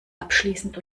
abschließend